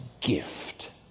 gift